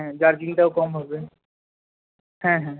হ্যাঁ জার্কিংটাও কম হবে হ্যাঁ হ্যাঁ